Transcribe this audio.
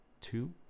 two